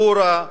חורה,